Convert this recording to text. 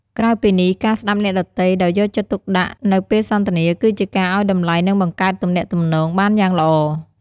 ក្រៅពីនេះ ការស្តាប់អ្នកដទៃដោយយកចិត្តទុកដាក់នៅពេលសន្ទនាគឺជាការឲ្យតម្លៃនិងបង្កើតទំនាក់ទំនងបានយ៉ាងល្អ។